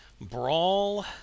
Brawl